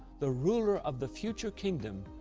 the ruler of the future kingdom,